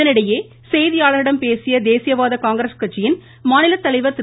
இதனிடையே செய்தியாளர்களிடம் பேசிய தேசியவாத காங்கிரஸ் கட்சியின் மாநில தலைவா் திரு